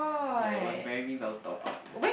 ya it was very well thought art